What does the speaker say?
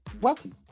Welcome